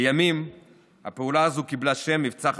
לימים הפעולה הזו קיבלה את השם "מבצע חתונה".